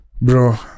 bro